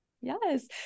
Yes